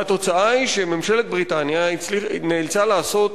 והתוצאה היא שממשלת בריטניה נאלצה לעשות